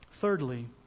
Thirdly